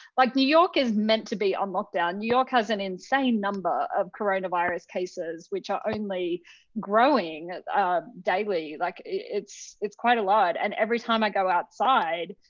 like, new york is meant to be on lockdown. new york has an insane number of coronavirus cases, which are only growing daily. like it's it's quite a lot. and every time i go outside,